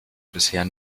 bisher